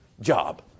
job